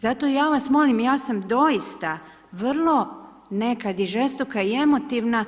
Zato ja vas molim, ja sam doista vrlo nekad i žestoka i emotivna